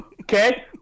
okay